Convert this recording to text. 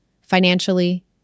Financially